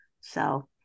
So-